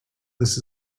this